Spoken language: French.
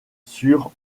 sur